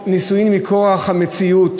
אדוני היושב-ראש?